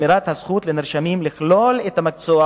ושמירת הזכות לנרשמים לכלול את המקצוע